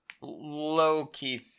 Low-key